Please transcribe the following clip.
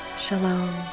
Shalom